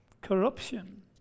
Corruption